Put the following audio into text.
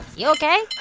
you ok?